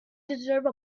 deserve